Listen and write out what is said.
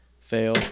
fail